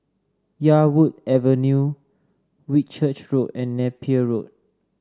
Yarwood Avenue Whitchurch Road and Napier Road